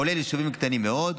כולל יישובים קטנים מאוד,